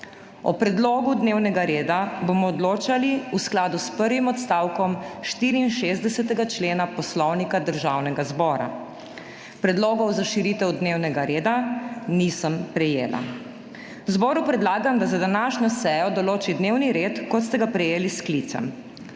O predlogu dnevnega reda bomo odločali v skladu s prvim odstavkom 64. člena Poslovnika Državnega zbora. Predlogov za širitev dnevnega reda nisem prejela. Zboru predlagam, da za današnjo sejo določi dnevni red, kot ste ga prejeli s sklicem.